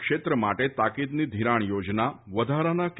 ક્ષેત્ર માટે તાકીદની ધિરાણ યોજના વધારાના કે